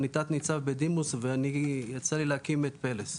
אני תת ניצב בדימוס ויצא לי להקים את פלס.